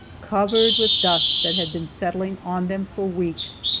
covered with dust that had been settling on them for weeks,